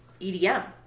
EDM